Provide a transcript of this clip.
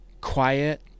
quiet